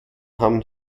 haben